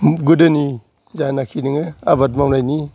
गोदोनि जानाखि नोङो आबाद मावनायनि